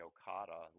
Okada